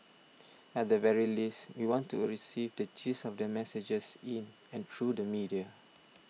at the very least we want to receive the gist of their messages in and through the media